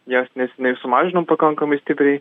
jas neseniai sumažinom pakankamai stipriai